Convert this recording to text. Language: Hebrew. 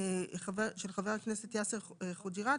של חבר הכנסת יאסר חוג'יראת.